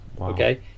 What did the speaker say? Okay